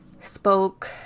spoke